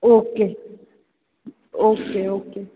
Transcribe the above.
okay okay okay